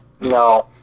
no